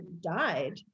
died